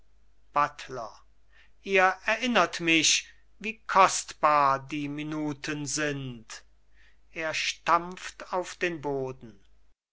buttler ihr erinnert mich wie kostbar die minuten sind er stampft auf den boden